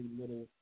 little